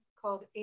called